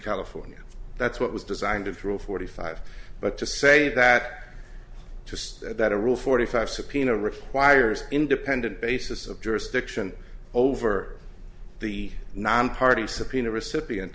california that's what was designed of through forty five but to say that just that a rule forty five subpoena requires independent basis of jurisdiction over the nonparty subpoena recipient